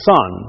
Son